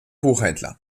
buchhändler